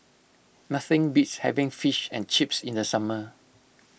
nothing beats having Fish and Chips in the summer